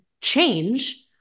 change